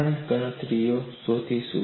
આપણે ગણતરીઓ શોધીશું